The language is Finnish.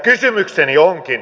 kysymykseni onkin